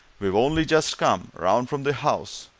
we've only just come round from the house.